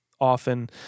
often